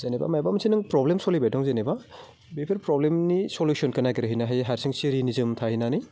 जेनेबा माइबा मोनसे नों प्रब्लेम सोलिबाय दं जेनेबा बेफोर प्रब्लेमनि सलुसनखौ नागिरहैनो हायो हारसिं सिरि निजोम थाहैनानै